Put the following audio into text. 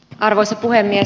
arvoisa puhemies